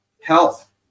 health